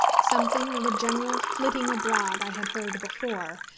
something of a general flitting abroad i had heard before,